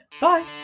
Bye